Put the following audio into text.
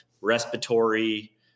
respiratory